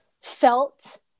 felt